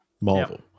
Marvel